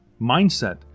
mindset